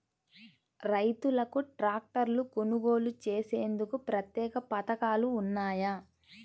రైతులకు ట్రాక్టర్లు కొనుగోలు చేసేందుకు ప్రత్యేక పథకాలు ఉన్నాయా?